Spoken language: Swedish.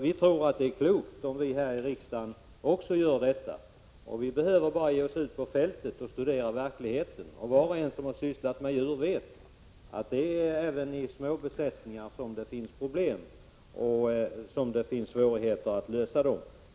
Vi tror att det är klokt om vi här i riksdagen också gör det. Vi behöver bara ge oss ut på fältet och studera verkligheten. Var och en som sysslat med djur vet att det även i små besättningar finns problem och svårigheter att lösa dem.